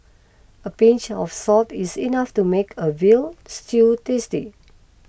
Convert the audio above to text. a pinch of salt is enough to make a Veal Stew tasty